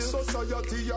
Society